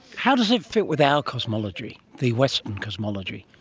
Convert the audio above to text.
how does it fit with our cosmology, the western cosmology?